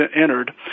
entered